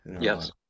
yes